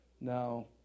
Now